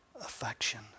affection